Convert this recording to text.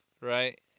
right